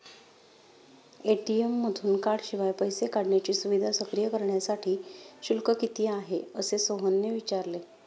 ATM मधून कार्डशिवाय पैसे काढण्याची सुविधा सक्रिय करण्यासाठी शुल्क किती आहे, असे सोहनने विचारले